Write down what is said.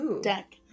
deck